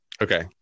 okay